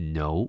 no